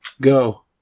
go